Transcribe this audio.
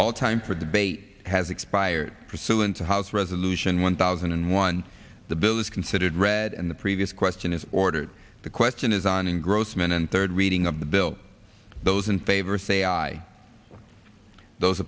all time for debate has expired pursuant to house resolution one thousand and one the bill is considered read and the previous question is ordered the question is on engrossment and third reading of the bill those in favor say aye those